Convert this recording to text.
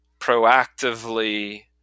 proactively